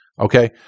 Okay